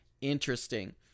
interesting